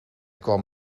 kwam